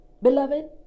Beloved